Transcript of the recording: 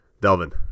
Delvin